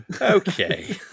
Okay